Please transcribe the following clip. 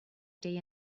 day